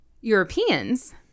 Europeans